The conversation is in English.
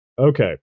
okay